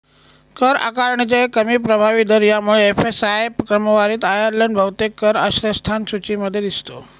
कर आकारणीचे कमी प्रभावी दर यामुळे एफ.एस.आय क्रमवारीत आयर्लंड बहुतेक कर आश्रयस्थान सूचीमध्ये दिसतो